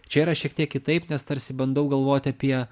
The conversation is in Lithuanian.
čia yra šiek tiek kitaip nes tarsi bandau galvoti apie